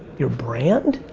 your brand,